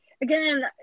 again